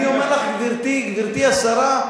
אני אומר לך, גברתי השרה,